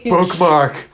Bookmark